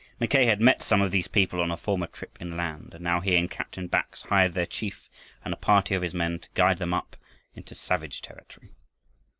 mackay had met some of these people on a former trip inland, and now he and captain bax hired their chief and a party of his men to guide them up into savage territory.